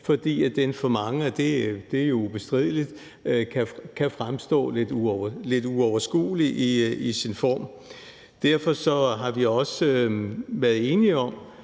fordi den for mange – det er jo ubestrideligt – kan fremstå lidt uoverskuelig i sin form. Derfor har vi også været enige